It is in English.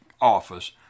office